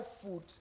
food